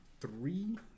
three